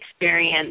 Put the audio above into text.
experience